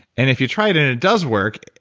and if you try it and it does work,